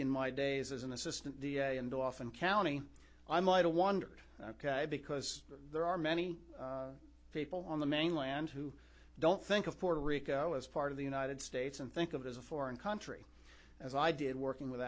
in my days as an assistant d a and often county i might a wondered because there are many people on the mainland who don't think of puerto rico as part of the united states and think of as a foreign country as i did working with